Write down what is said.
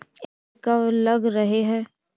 राई कब लग रहे है?